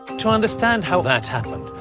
to understand how that happened,